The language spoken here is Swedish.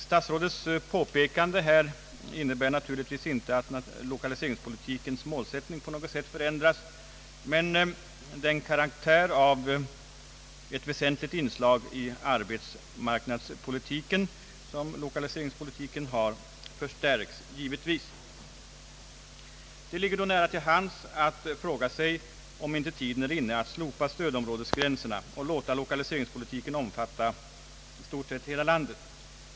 Statsrådets påpekande här innebär inte att lokaliseringspolitikens målsättning på något sätt förändrats, men dess karaktär av ett väsentligt inslag i arbetsmarknadspolitiken har givetvis förstärkts. Det ligger då nära till hands att fråga sig om inte tiden är inne att slopa stödområdesgränserna och låta lokaliseringspolitiken omfatta i stort sett hela landet.